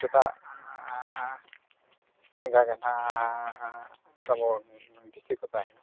ᱪᱮᱫᱟᱜ ᱤᱱᱠᱟᱹ ᱜᱮᱦᱟᱸᱜ ᱛᱟᱵᱚᱱ ᱵᱮᱥᱤ ᱠᱚ ᱛᱟᱦᱮᱱᱟ